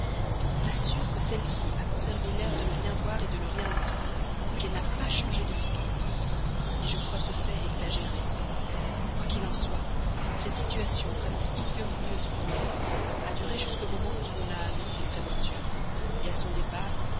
on assure que madame de merteuil a conservé l'air de ne rien voir de ne rien entendre qu'elle n'a pas changé de figure mais je crois ce fait exagéré quoi qu'il en soit cette situation vraiment ignominieuse pour elle a duré jusqu'au moment où on a annoncé sa voiture à son départ